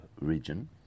region